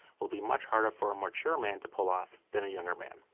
will be much harder for a mature man to pull off than a younger man,